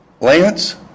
Lance